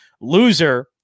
Loser